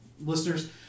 listeners